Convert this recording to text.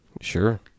Sure